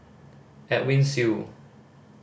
Edwin Siew